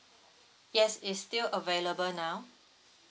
yes it's still available now